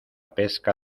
pesca